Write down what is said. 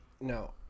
no